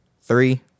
three